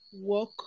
work